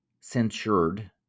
censured